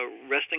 resting